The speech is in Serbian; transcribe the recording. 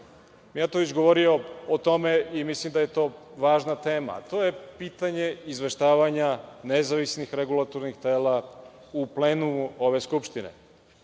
Mijatović je govorio o tome i mislim da je to važna tema. To je pitanje izveštavanja nezavisnih regulatornih tela u plenumu ove Skupštine.